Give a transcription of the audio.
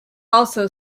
also